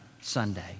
Sunday